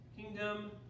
Kingdom